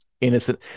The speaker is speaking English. innocent